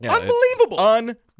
unbelievable